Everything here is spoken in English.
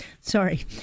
Sorry